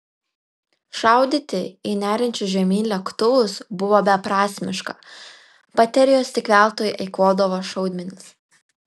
šaudyti į neriančius žemyn lėktuvus buvo beprasmiška baterijos tik veltui eikvodavo šaudmenis